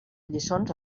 lliçons